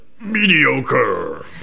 Mediocre